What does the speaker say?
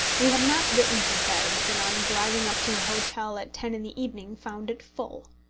we had not written for beds, and on driving up to a hotel at ten in the evening found it full.